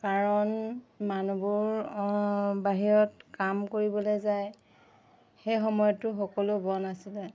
কাৰণ মানুহবোৰ বাহিৰত কাম কৰিবলৈ যায় সেই সময়তটো সকলো বন্ধ আছিলে